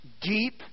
deep